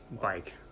bike